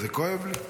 וזה כואב לי.